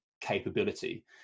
capability